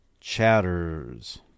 Chatters